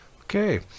Okay